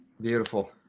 Beautiful